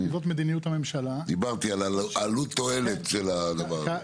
כי זו מדיניות הממשלה- - דיברתי על העלות תועלת של הדבר הזה.